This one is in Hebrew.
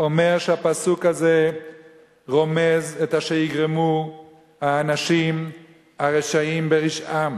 אומר שהפסוק הזה רומז את אשר יגרמו האנשים הרשעים ברשעם,